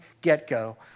get-go